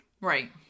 right